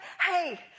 hey